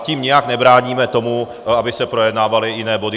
Tím nijak nebráníme tomu, aby se projednávaly jiné body.